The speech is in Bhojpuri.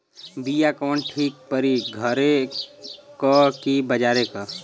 बिया कवन ठीक परी घरे क की बजारे क?